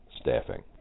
Staffing